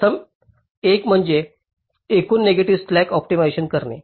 प्रथम एक म्हणजे एकूण नेगेटिव्ह स्लॅक ऑप्टिमाइझ करणे